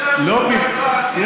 יש לו זכות להגדרה עצמית?